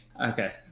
Okay